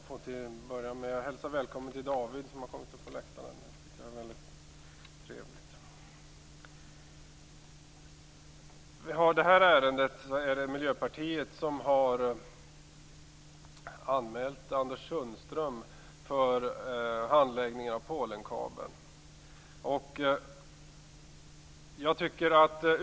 Fru talman! Jag vill till att börja med hälsa David, som har kommit upp på läktaren, välkommen. Det tycker jag är väldigt trevligt. I detta ärende är det Miljöpartiet som har anmält Polenkabeln.